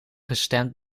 gestemd